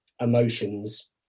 emotions